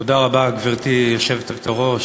גברתי היושבת-ראש,